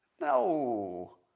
No